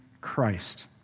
Christ